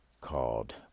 called